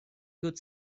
good